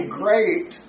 great